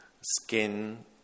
skin